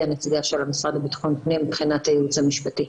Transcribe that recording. הנציגה של המשרד לבטחון פנים מבחינת הייעוץ המשפטי.